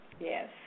Yes